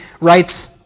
writes